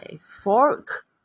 fork